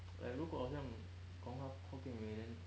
like 如果好像 then